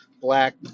black